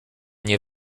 nie